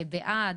בעד